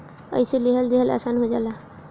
अइसे लेहल देहल आसन हो जाला